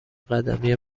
قدمی